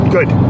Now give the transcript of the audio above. Good